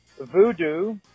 Voodoo